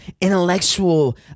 intellectual